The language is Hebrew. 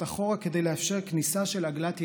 אחורה כדי לאפשר כניסה של עגלת ילדים,